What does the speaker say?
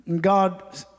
God